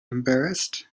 embarrassed